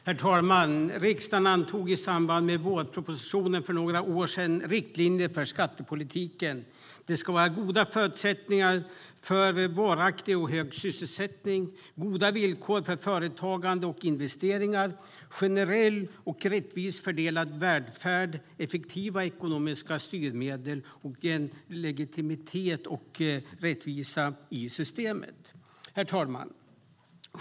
Herr talman! Riksdagen antog i samband med vårpropositionen för några år sedan riktlinjer för skattepolitiken. Det ska vara goda förutsättningar för varaktig och hög sysselsättning, goda villkor för företagande och investeringar, generell och rättvist fördelad välfärd, effektiva ekonomiska styrmedel och en legitimitet och rättvisa i systemet. Herr talman!